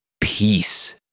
Peace